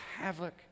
havoc